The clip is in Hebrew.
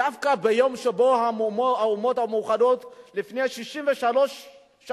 דווקא ביום שבו האומות המאוחדות, לפני 63 שנים,